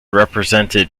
represented